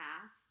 past